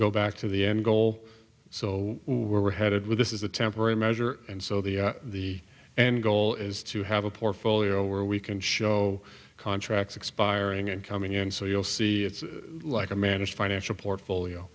go back to the end goal so we're headed with this is a temporary measure and so the the and goal is to have a portfolio where we can show contracts expiring and coming in so you'll see it's like a managed financial portfolio